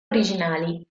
originali